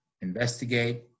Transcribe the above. investigate